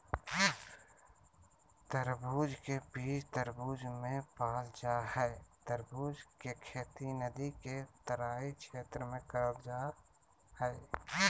तरबूज के बीज तरबूज मे पाल जा हई तरबूज के खेती नदी के तराई क्षेत्र में करल जा हई